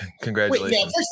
Congratulations